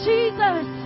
Jesus